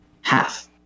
half